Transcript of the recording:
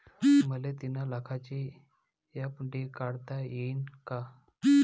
मले तीन लाखाची एफ.डी काढता येईन का?